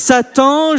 Satan